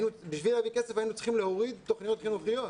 כדי להביא כסף היינו צריכים להוריד תוכניות חינוכיות.